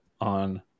on